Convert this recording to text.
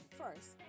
first